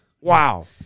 Wow